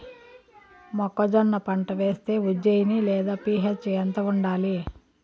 మొక్కజొన్న పంట వేస్తే ఉజ్జయని లేదా పి.హెచ్ ఎంత ఉండాలి?